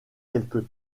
quelques